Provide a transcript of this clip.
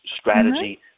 strategy